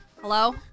Hello